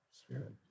spirit